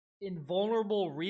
invulnerable